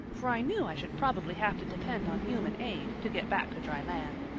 for i knew i should probably have to depend on human aid to get back to dry land.